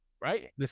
right